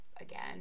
again